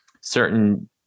certain